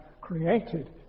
created